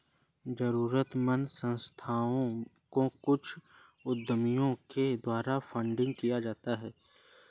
जरूरतमन्द संस्थाओं को कुछ उद्यमियों के द्वारा फंडिंग किया जाता है